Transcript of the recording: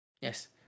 yes